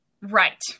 Right